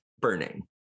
burning